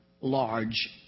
large